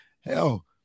Hell